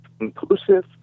inclusive